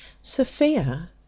sophia